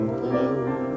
blue